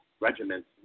regiments